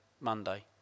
Monday